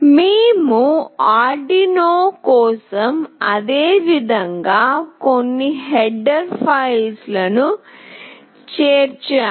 మేము ఆర్డునో కోసం అదే విధంగా కొన్ని హెడర్ఫైల్లను చేర్చాము